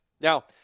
Now